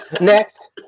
Next